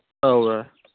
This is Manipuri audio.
ꯇꯧꯔꯦ